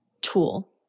tool